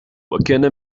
وكان